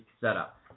setup